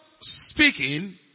speaking